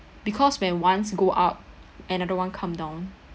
because when ones go up another one come down